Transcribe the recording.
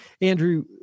Andrew